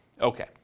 Okay